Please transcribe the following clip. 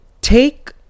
Take